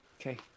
Okay